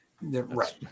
Right